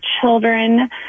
children